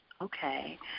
Okay